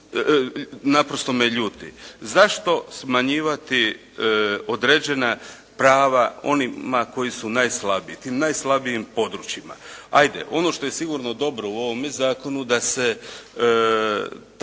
naprosto me ljuti. Zašto smanjivati određena prava onima koji su najslabiji, tim najslabijim područjima? Hajde, ono što je sigurno dobro u ovome zakonu da se